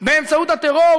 באמצעות הטרור,